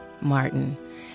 Martin